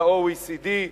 ל-OECD,